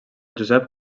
josep